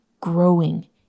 growing